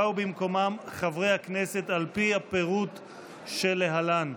באו במקומם חברי הכנסת על פי הפירוט שלהלן: